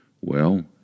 Well